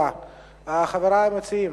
חברי המציעים,